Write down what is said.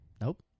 Nope